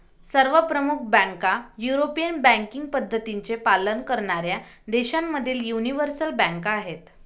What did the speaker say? सर्व प्रमुख बँका युरोपियन बँकिंग पद्धतींचे पालन करणाऱ्या देशांमधील यूनिवर्सल बँका आहेत